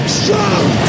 strong